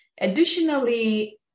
Additionally